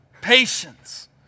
patience